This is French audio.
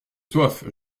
soif